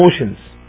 emotions